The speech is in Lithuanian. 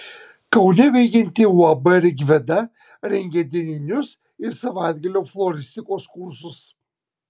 kaune veikianti uab rigveda rengia dieninius ir savaitgalio floristikos kursus